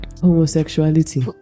Homosexuality